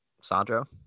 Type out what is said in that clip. sandro